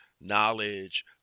knowledge